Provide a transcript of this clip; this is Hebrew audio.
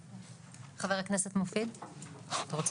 חבר הכנסת אופיר כץ, בבקשה.